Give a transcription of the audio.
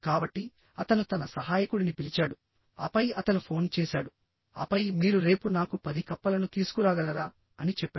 కాబట్టిఅతను తన సహాయకుడిని పిలిచాడుఆపై అతను ఫోన్ చేసాడు ఆపై మీరు రేపు నాకు పది కప్పలను తీసుకురాగలరా అని చెప్పాడు